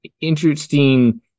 interesting